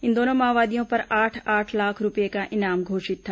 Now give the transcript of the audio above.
इन दोनों माओवादियों पर आठ आठ लाख रूपये का इनाम घोषित था